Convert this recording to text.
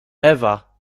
ewa